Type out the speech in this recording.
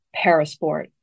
Parasport